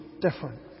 different